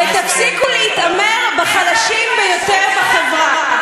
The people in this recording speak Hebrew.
ותפסיקו להתעמר בחלשים ביותר בחברה.